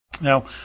Now